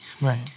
Right